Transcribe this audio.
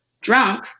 drunk